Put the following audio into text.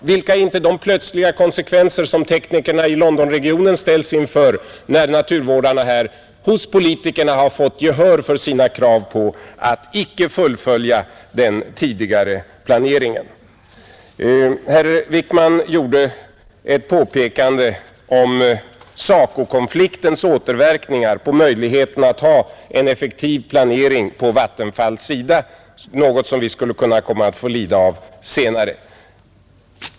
Och vilka är inte de plötsliga konsekvenser som teknikerna i Londonregionen ställs inför, när naturvårdarna hos politikerna har fått gehör för sina krav på att den tidigare planeringen icke skall fullföljas. Herr Wickman gjorde ett påpekande om SACO-konfliktens återverkningar på möjligheten att ha en effektiv planering på Vattenfalls sida — något som vi skulle kunna komma att få lida av senare.